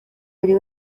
buri